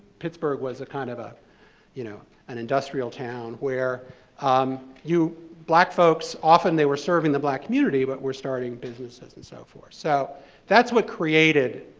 pittsburgh was a kind of ah um you know an industrial town where um black folks, often they were serving the black community, but were starting businesses, and so forth. so that's what created